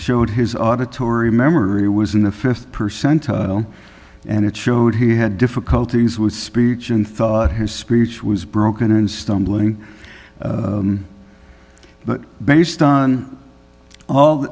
showed his auditory memory was in the th percentile and it showed he had difficulties with speech and thought his speech was broken and stumbling but based on all